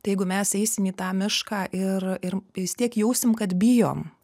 tai jeigu mes eisim į tą mišką ir ir vis tiek jausim kad bijom